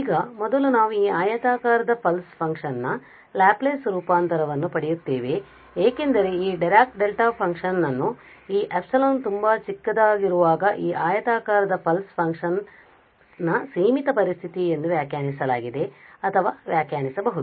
ಈಗ ಮೊದಲು ನಾವು ಈ ಆಯತಾಕಾರದ ಪಲ್ಸ್ ಫಂಕ್ಷನ್ ನ ಲ್ಯಾಪ್ಲೇಸ್ ರೂಪಾಂತರವನ್ನು ಪಡೆಯುತ್ತೇವೆ ಏಕೆಂದರೆ ಈ ಡೈರಾಕ್ ಡೆಲ್ಟಾ ಫಂಕ್ಷನ್ ನನ್ನು ಈ ε ತುಂಬಾ ಚಿಕ್ಕದಾಗಿರುವಾಗ ಈ ಆಯತಾಕಾರದ ಪಲ್ಸ್ ಫಂಕ್ಷನ್ ನ ಸೀಮಿತ ಪರಿಸ್ಥಿತಿ ಎಂದು ವ್ಯಾಖ್ಯಾನಿಸಲಾಗಿದೆ ಅಥವಾ ವ್ಯಾಖ್ಯಾನಿಸಬಹುದು